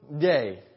day